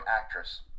actress